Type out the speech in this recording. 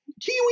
kiwi